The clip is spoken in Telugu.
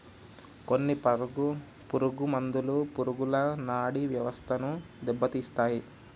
కొన్ని పురుగు మందులు పురుగుల నాడీ వ్యవస్థను దెబ్బతీస్తాయి